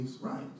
right